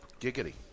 Giggity